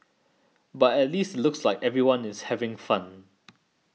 but at least it looks like everyone is having fun